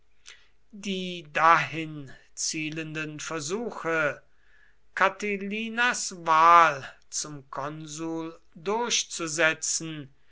die dahin zielenden versuche catilinas wahl zum konsul durchzusetzen